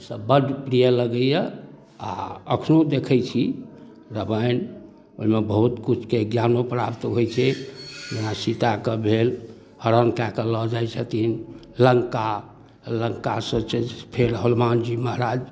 ईसब बड़ प्रिय लगैए आओर एखनहु देखै छी रामायण ओहिमे बहुत किछुके ज्ञानो प्राप्त होइ छै जेना सीताके भेल हरण कऽ कऽ लऽ जाइ छथिन लङ्का लङ्कासँ फेर हनुमानजी महराज